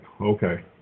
Okay